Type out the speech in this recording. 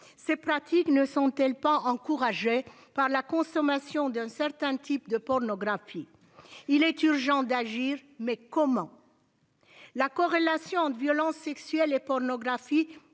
ces pratiques ne sont-elles pas encourageait par la consommation d'un certain type de pornographie. Il est urgent d'agir. Mais comment. La corrélation de violences sexuelles et pornographie